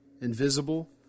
invisible